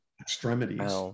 extremities